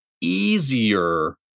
easier